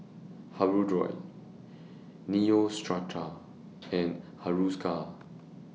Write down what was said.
Hirudoid Neostrata and Hiruscar